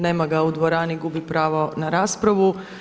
Nema ga u dvorani, gubi pravo na raspravu.